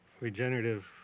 regenerative